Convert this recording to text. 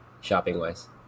shopping-wise